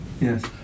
Yes